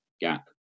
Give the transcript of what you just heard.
gap